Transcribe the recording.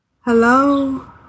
Hello